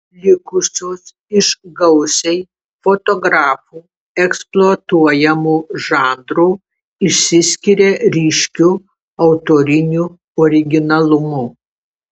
likusios iš gausiai fotografų eksploatuojamo žanro išsiskiria ryškiu autoriniu originalumu